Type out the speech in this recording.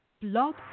blog